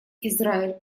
израиль